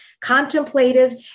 contemplative